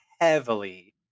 heavily